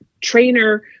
trainer